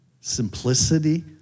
simplicity